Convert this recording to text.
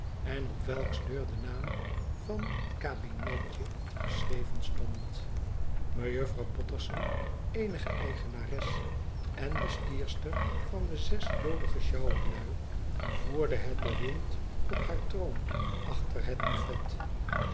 en op welks deur de naam van kabinetje geschreven stond mejuffrouw potterson eenige eigenares en bestierster van de zes jolige sjouwerlui voerde het bewind op haar troon achter het buffet